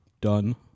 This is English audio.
done